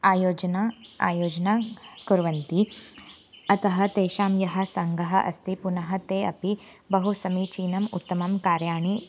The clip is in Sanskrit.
आयोजनम् आयोजनं कुर्वन्ति अतः तेषां यः सङ्घः अस्ति पुनः ते अपि बहु समीचीनम् उत्तमं कार्याणि